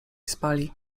spali